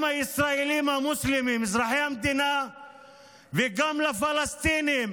הישראלים המוסלמים אזרחי המדינה וגם לפלסטינים